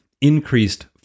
increased